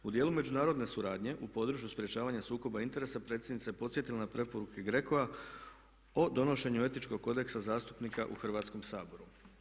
U djelu međunarodne suradnje u području sprječavanja sukoba interesa predsjednica je podsjetila na preporuke GRECO-a o donošenju etičkog kodeksa zastupnika u Hrvatskom saboru.